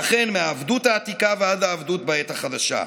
ואכן, מהעבדות העתיקה ועד העבדות בעת החדשה,